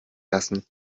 lassen